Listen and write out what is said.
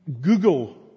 Google